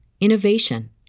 innovation